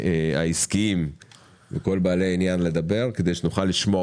העסקיים ולכל בעלי העניין לדבר כדי שנוכל לשמוע